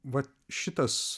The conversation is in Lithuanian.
va šitas